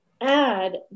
add